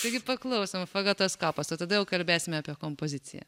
taigi paklausom fagotoskopas o tada jau kalbėsim apie kompoziciją